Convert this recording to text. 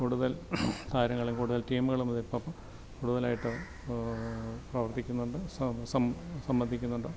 കൂടുതൽ താരങ്ങളും കൂടുതൽ ടീമുകളും ഇതിപ്പം കൂടുതലായിട്ട് പ്രവർത്തിക്കുന്നുണ്ട് സംബന്ധിക്കുന്നുണ്ട്